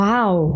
Wow